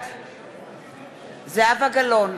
בעד זהבה גלאון,